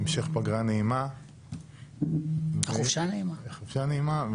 המשך פגרה נעימה, חופשה נעימה.